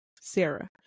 Sarah